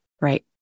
right